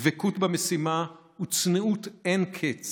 דבקות במשימה וצניעות אין-קץ